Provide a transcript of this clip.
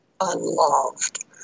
unloved